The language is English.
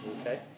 Okay